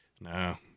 no